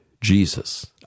Jesus